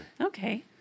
okay